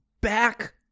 back